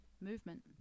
movement